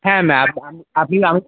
হ্যাঁ ম্যাম আমি আপনি আমি